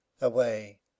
away